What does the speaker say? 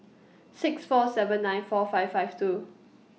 six four seven nine four five five two